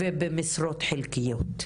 ובמשרות חלקיות.